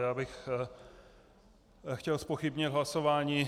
Já bych chtěl zpochybnit hlasování.